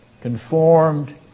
conformed